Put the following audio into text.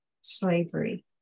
slavery